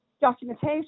documentation